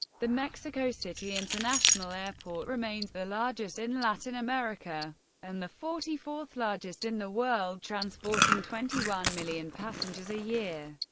the mexico city international airport remains the largest in latin america and the forty fourth largest in the world transporting twenty one million passengers a year.